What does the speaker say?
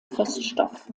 feststoff